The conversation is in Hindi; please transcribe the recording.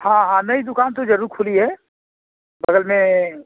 हाँ हाँ नई दुकान तो जरूर खुली है बगल में